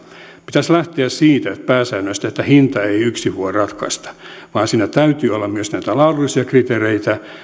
pitäisi lähteä siitä pääsäännöstä että hinta ei yksin voi ratkaista vaan että siinä täytyy olla myös näitä laadullisia kriteereitä